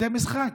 המשחק?